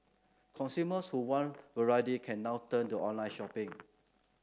consumers who want variety can now turn to online shopping